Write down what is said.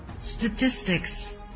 statistics